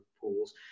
pools